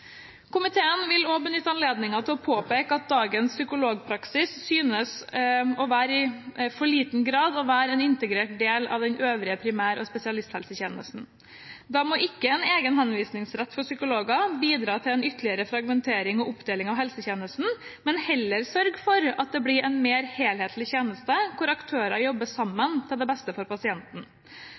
Komiteen vil også benytte anledningen til å påpeke at dagens psykologpraksis i for liten grad synes å være en integrert del av den øvrige primær- og spesialisthelsetjenesten. Da må ikke en egen henvisningsrett for psykologer bidra til en ytterligere fragmentering og oppdeling av helsetjenesten, men heller sørge for at det blir en mer helhetlig tjeneste hvor aktører jobber sammen til det beste for pasienten.